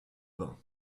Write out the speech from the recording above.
bains